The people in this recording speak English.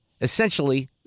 Essentially